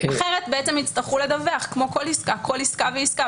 אחרת יצטרכו לדווח כמו בכל עסקה ועסקה